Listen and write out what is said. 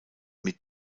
mit